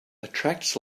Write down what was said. attracts